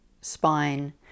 spine